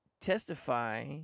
testify